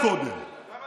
חברת